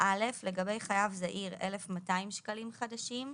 לגבי חייב זעיר 1,200 שקלים חדשים,